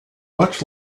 much